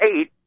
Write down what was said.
eight